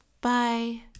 Bye